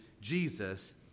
Jesus